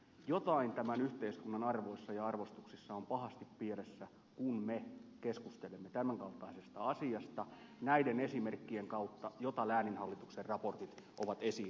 jotain tämän yhteiskunnan arvoissa ja arvostuksissa on pahasti pielessä kun me keskustelemme tämän kaltaisesta asiasta näiden esimerkkien kautta joita lääninhallituksen raportit ovat esiin tuoneet